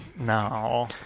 No